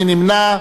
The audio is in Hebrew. מי נמנע?